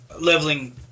leveling